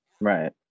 Right